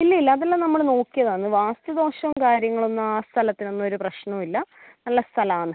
ഇല്ല ഇല്ല അതെല്ലാം നമ്മൾ നോക്കിയതാണ് വാസ്തു ദോഷം കാര്യങ്ങളൊന്നും ആ സ്ഥലത്തിനൊന്നും ഒരു പ്രശ്നവുമില്ല നല്ല സ്ഥലമാണ്